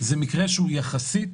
זה מקרה פינה יחסית.